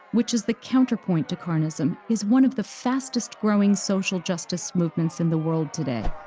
which is the counterpoint to carnism, is one of the fastest-growing social justice movements in the world today.